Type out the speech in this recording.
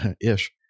ish